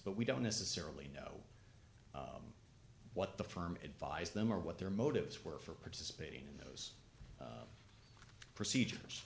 but we don't necessarily know what the firm advised them or what their motives were for participating in those procedures